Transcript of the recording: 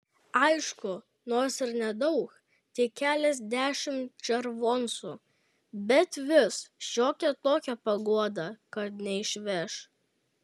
aišku nors ir nedaug tik keliasdešimt červoncų bet vis šiokia tokia paguoda kad neišveš